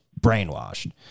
brainwashed